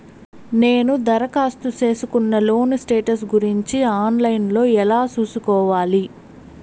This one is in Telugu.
నేను దరఖాస్తు సేసుకున్న లోను స్టేటస్ గురించి ఆన్ లైను లో ఎలా సూసుకోవాలి?